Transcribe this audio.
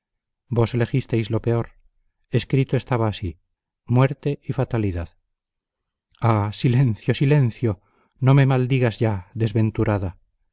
vos elegisteis lo peor escrito estaba así muerte y fatalidad ah silencio silencio no me maldigas ya desventurada